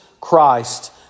Christ